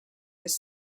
this